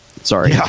sorry